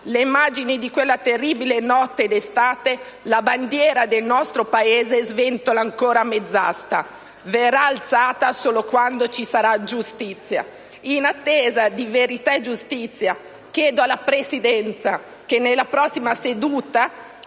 le immagini di quella terribile notte d'estate, la bandiera del nostro Paese sventola ancora a mezz'asta. Verrà alzata solo quando ci sarà giustizia». In attesa di verità e giustizia, chiedo alla Presidenza che, nella prossima seduta,